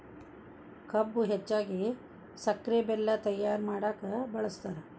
ಕಬ್ಬು ಹೆಚ್ಚಾಗಿ ಸಕ್ರೆ ಬೆಲ್ಲ ತಯ್ಯಾರ ಮಾಡಕ ಬಳ್ಸತಾರ